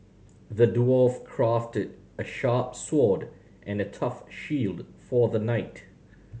the dwarf crafted a sharp sword and a tough shield for the knight